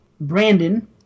Brandon